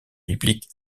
bibliques